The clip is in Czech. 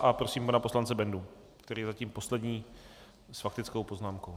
A prosím pana poslance Bendu, který je zatím poslední s faktickou poznámkou.